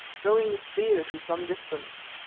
throwing the spear to some distance.